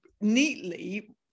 neatly